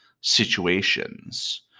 situations